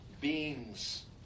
beings